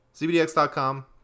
CBDX.com